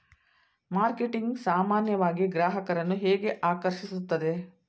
Marketing ಸಾಮಾನ್ಯವಾಗಿ ಗ್ರಾಹಕರನ್ನು ಹೇಗೆ ಆಕರ್ಷಿಸುತ್ತದೆ?